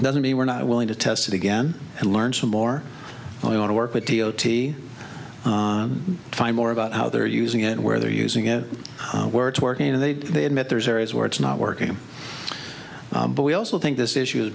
doesn't mean we're not willing to test again and learn some more we want to work with t o t find more about how they're using it where they're using it where it's working and they they admit there's areas where it's not working but we also think this issue is